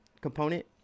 component